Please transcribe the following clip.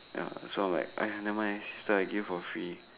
ya so like I never mind sister I give you for free